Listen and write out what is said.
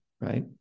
right